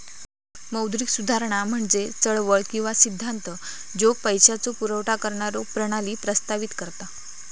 मौद्रिक सुधारणा म्हणजे चळवळ किंवा सिद्धांत ज्यो पैशाचो पुरवठा करणारो प्रणाली प्रस्तावित करता